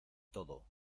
todo